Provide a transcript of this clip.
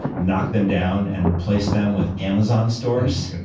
knock them down, and replace them with amazon stores.